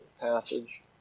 passage